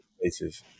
places